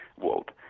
world